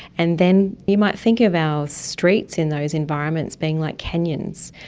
and then you might think of our streets in those environments being like canyons.